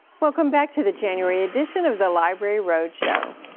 welcome back to the january edition of the library road show.